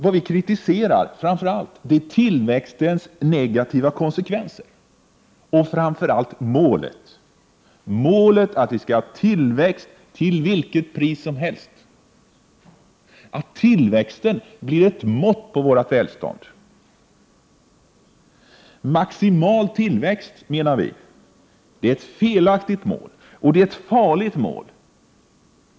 Vad vi kritiserar är tillväxtens negativa konsekvenser och framför allt målet — att vi skall ha tillväxt till vilket pris som helst, att tillväxten blir ett mått på vårt välstånd. Maximal tillväxt, menar vi, är ett felaktigt mål och ett farligt mål.